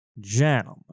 Gentlemen